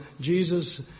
Jesus